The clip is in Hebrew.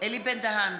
אלי בן-דהן,